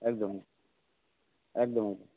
একদম একদম